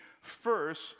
first